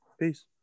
Peace